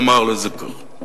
נאמר את זה כך.